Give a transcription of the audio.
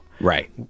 right